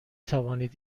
توانید